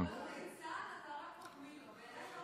אם אתה קורא לו ליצן, אתה רק מחמיא לו.